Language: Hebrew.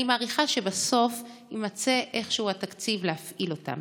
אני מעריכה שבסוף יימצא איכשהו התקציב להפעיל אותם,